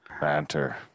Banter